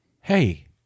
Hey